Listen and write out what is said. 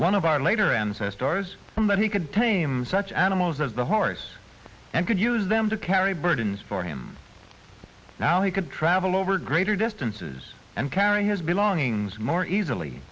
one of our later ancestors and that he could tame such animals as the horse and could use them to carry burdens for him now he could travel over greater distances and carry his belongings more easily